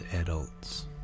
adults